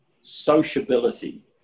sociability